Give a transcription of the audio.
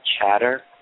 chatter